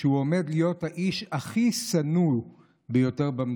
שהוא עומד להיות האיש הכי שנוא במדינה.